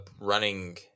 running